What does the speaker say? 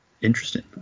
interesting